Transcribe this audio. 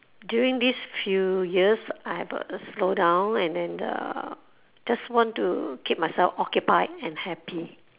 during these few years I got uh slowdown and then uh just want to keep myself occupied and happy